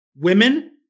women